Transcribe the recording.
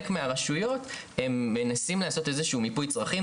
מהרשויות הם מנסים לעשות איזה שהוא מיפוי צרכים,